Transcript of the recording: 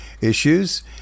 issues